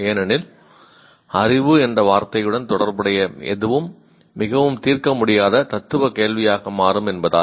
ஏனெனில் அறிவு என்ற வார்த்தையுடன் தொடர்புடைய எதுவும் மிகவும் தீர்க்கமுடியாத தத்துவ கேள்வியாக மாறும் என்பதால்